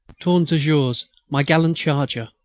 tourne-toujours, my gallant charger,